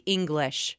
English